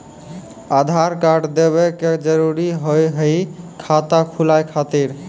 आधार कार्ड देवे के जरूरी हाव हई खाता खुलाए खातिर?